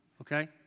Okay